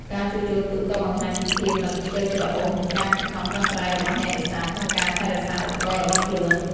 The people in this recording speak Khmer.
ការជួសជុលទូកក៏បង្ហាញពីភាពមិនខ្ជិលច្រអូស និងការខិតខំប្រឹងប្រែងរបស់អ្នកនេសាទក្នុងការថែរក្សាឧបករណ៍របស់ខ្លួន។